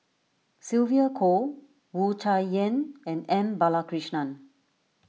Sylvia Kho Wu Tsai Yen and M Balakrishnan